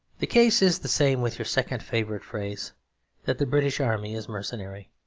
the case is the same with your second favourite phrase that the british army is mercenary.